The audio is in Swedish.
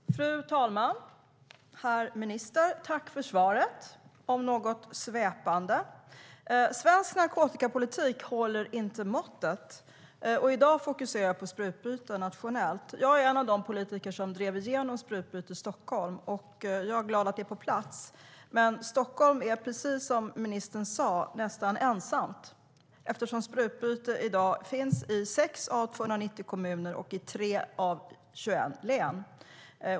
Fru talman och herr minister! Jag tackar för svaret, även om det var något svepande. Svensk narkotikapolitik håller inte måttet, och i dag fokuserar jag på sprututbyte nationellt. Jag är en av de politiker som drev igenom sprututbytesverksamhet i Stockholm, och jag är glad att det är på plats. Stockholm är dock precis som ministern sade nästan ensamt, då sprututbytesverksamhet i dag finns i 6 av 290 kommuner och i 3 av 21 län.